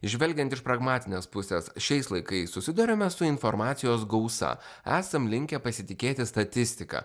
žvelgiant iš pragmatinės pusės šiais laikais susiduriame su informacijos gausa esam linkę pasitikėti statistika